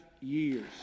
years